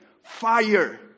fire